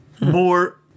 More